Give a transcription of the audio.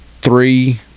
three